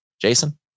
Jason